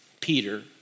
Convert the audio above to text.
Peter